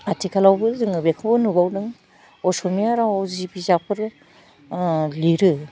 आथिखालावबो जोङो बेखौबो नुबावदों असमिया राव जि बिजाबफोर ओह लिरो